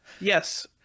yes